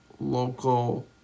local